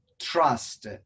trust